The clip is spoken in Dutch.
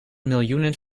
miljoenen